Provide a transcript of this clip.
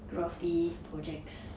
~graphy projects